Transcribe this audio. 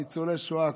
ניצולי שואה,